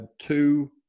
two